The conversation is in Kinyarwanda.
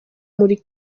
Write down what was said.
muri